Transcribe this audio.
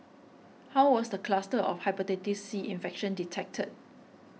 how was the cluster of Hepatitis C infection detected